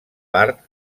part